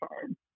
time